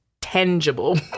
tangible